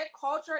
culture